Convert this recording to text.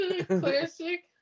Classic